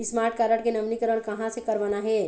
Smart card के नवीनीकरण कहां से करवाना हे?